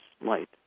light